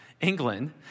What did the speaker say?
England